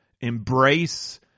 Embrace